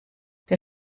der